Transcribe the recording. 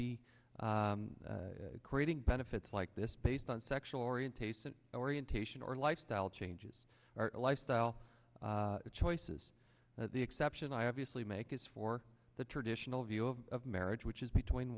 be creating benefits like this based on sexual orientation orientation or lifestyle changes lifestyle choices that the exception i obviously make is for the traditional view of marriage which is between